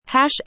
Hash